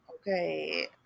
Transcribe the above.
okay